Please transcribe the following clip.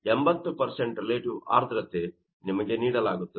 ಆದ್ದರಿಂದ 80 ರಿಲೇಟಿವ್ ಆರ್ದ್ರತೆ ನಿಮಗೆ ನೀಡಲಾಗುತ್ತದೆ